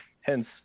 hence